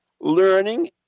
learning